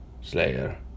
Slayer